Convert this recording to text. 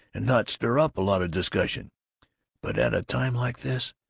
and not stir up a lot of discussion but at a time like this,